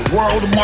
World